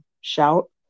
Shout